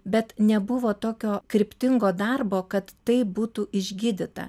bet nebuvo tokio kryptingo darbo kad tai būtų išgydyta